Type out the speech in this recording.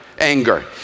anger